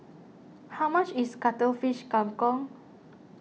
how much is Cuttlefish Kang Kong